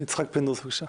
יצחק פינדרוס, בבקשה.